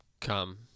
come